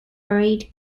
buried